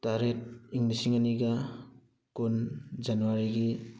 ꯇꯥꯔꯦꯠ ꯏꯪ ꯂꯤꯁꯤꯡ ꯑꯅꯤꯒ ꯀꯨꯟ ꯖꯅꯋꯥꯔꯤꯒꯤ